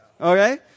Okay